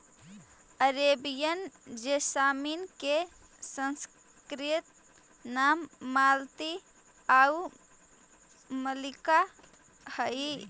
Arabian jasmine के संस्कृत नाम मालती आउ मल्लिका हइ